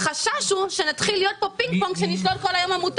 החשש הוא שיתחיל להיות פה פינג-פונג של שלילת עמותות,